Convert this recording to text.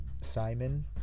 Simon